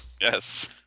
Yes